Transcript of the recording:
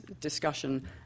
discussion